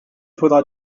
faudra